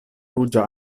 ruĝa